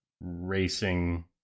racing